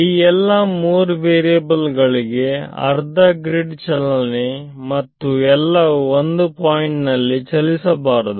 ಈ ಎಲ್ಲ ಮೂರು ವೇರಿಯಬಲ್ ಗಳಿಗೆ ಅರ್ಧ ಗ್ರಿಡ್ ಚಲನೆ ಮತ್ತು ಎಲ್ಲವೂ ಒಂದೇ ಪಾಯಿಂಟ್ನಲ್ಲಿ ಚಲಿಸಬಾರದು